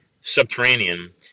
subterranean